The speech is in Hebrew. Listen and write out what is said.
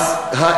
הבנתי.